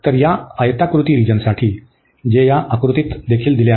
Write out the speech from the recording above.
तर या आयताकृती रिजनसाठी जे या आकृतीत देखील दिले आहे